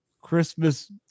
christmas